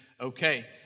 okay